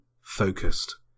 focused